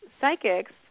psychics